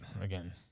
again